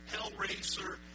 Hellraiser